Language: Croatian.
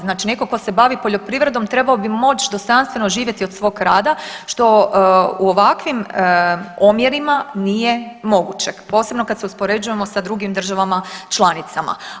Znači tko se bavi poljoprivrednom trebao bi moći dostojanstveno živjeti od svog rada što u ovakvim omjerima nije moguće posebno kad se uspoređujemo sa drugim državama članicama.